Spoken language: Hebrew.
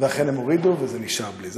ואכן הם הורידו וזה נשאר בלי זה.